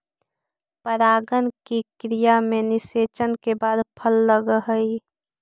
परागण की क्रिया में निषेचन के बाद फल लगअ हई